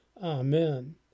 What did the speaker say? Amen